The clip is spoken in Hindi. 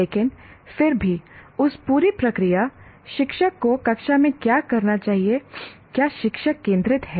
लेकिन फिर भी उस पूरी प्रक्रिया शिक्षक को कक्षा में क्या करना चाहिए क्या शिक्षक केंद्रित है